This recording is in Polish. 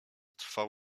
trwał